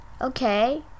Okay